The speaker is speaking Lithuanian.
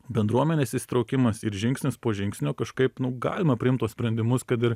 bendruomenės įsitraukimas ir žingsnis po žingsnio kažkaip nu galima priimt tuos sprendimus kad ir